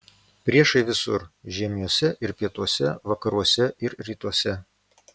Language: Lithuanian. priešai visur žiemiuose ir pietuose vakaruose ir rytuose